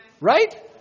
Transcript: Right